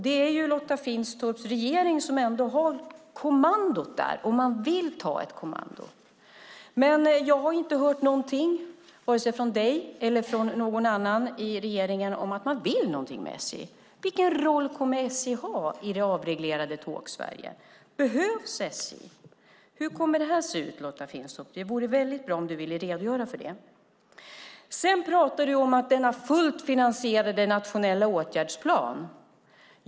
Det är ändå Lotta Finstorps regering som har kommandot där - om man vill ta ett kommando. Jag har dock inte hört någonting, vare sig från dig eller från någon annan i regeringen, om att man vill någonting med SJ. Vilken roll kommer SJ att ha i det avreglerade Tågsverige? Behövs SJ? Hur kommer detta att se ut, Lotta Finstorp? Det vore väldigt bra om du ville redogöra för det. Sedan pratade du om den fullt finansierade nationella åtgärdsplanen.